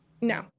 No